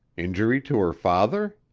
injury to her father?